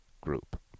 Group